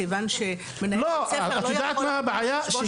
מכיוון שמנהל בית ספר לא יכול --- את יודעת מהי הבעיה?